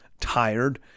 tired